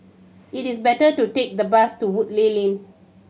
it is better to take the bus to Woodleigh Lane